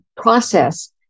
process